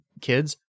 kids